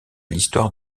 l’histoire